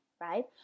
right